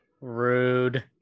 Rude